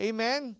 Amen